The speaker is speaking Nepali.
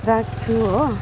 राख्छु हो